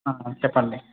చెప్పండి